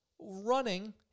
Running